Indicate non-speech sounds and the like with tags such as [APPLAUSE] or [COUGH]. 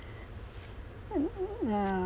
[NOISE] ya